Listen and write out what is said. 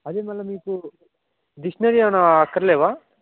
అదే మళ్ళీ మీకు డిక్షనరీ ఏమైనా అక్కర్లేదా